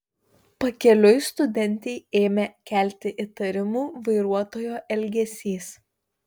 pakeliui studentei ėmė kelti įtarimų vairuotojo elgesys